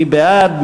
מי בעד?